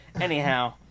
Anyhow